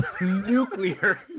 nuclear